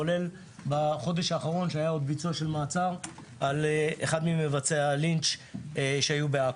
כולל ביצוע של מעצר נוסף בחודש האחרון של אחד ממבצעי הלינץ' בעכו.